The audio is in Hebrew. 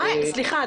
סליחה,